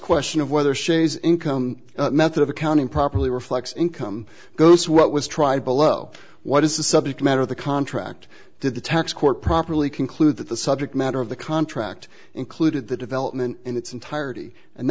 question of whether shay's income method of accounting properly reflects income goes to what was tried below what is the subject matter of the contract did the tax court properly conclude that the subject matter of the contract included the development in its entirety and